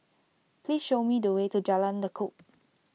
please show me the way to Jalan Lekub